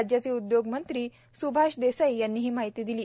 राज्याचे उद्योग मंत्री स्भाष देसाई यांनी ही माहिती दिली